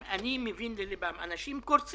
אחת תביאו לפה את מנכ"ל משרד